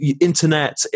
internet